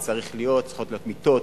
צריכות להיות מיטות,